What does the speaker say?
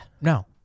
No